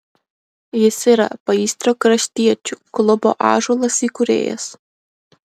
jis yra paįstrio kraštiečių klubo ąžuolas įkūrėjas